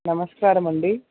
నమస్కారమండి